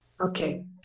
okay